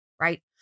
right